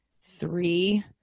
three